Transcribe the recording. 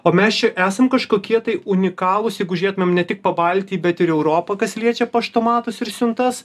o mes čia esam kažkokie tai unikalūs jeigu žiūrėtumėm ne tik pabaltijy bet ir europą kas liečia paštomatus ir siuntas